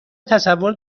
تصور